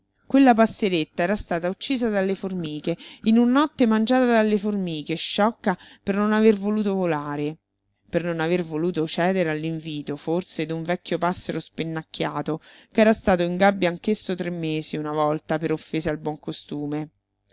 quella passeretta era stata uccisa dalle formiche in una notte mangiata dalle formiche sciocca per non aver voluto volare per non aver voluto cedere all'invito forse d'un vecchio passero spennacchiato ch'era stato in gabbia anch'esso tre mesi una volta per offese al buon costume